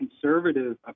conservative